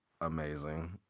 amazing